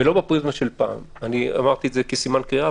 אני אגיד יותר מזה,